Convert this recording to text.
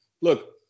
look